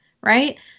right